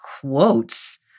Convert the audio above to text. quotes